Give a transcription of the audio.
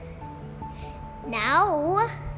Now